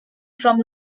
from